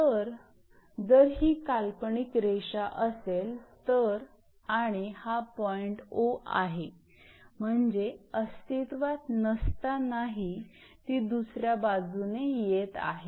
तर जर ही काल्पनिक रेखा असेल तर आणि हा पॉईंट 𝑂 आहे म्हणजे अस्तित्वात नसतानाही ती दुसर्या बाजूने येत आहे